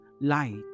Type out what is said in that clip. light